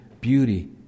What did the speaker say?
beauty